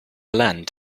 land